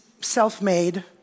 self-made